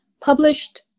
published